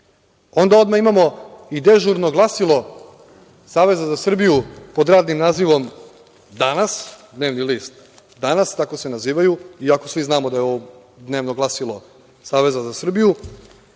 odmah imamo i dežurno glasilo Saveza za Srbiju pod radnim nazivom "Danas", dnevni list, tako se nazivaju, iako svi znamo da je ovo dnevno glasilo Saveza za Srbiju,